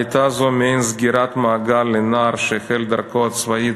זו הייתה מעין סגירת מעגל לנער שהחל דרכו הצבאית